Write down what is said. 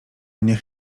niech